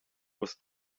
was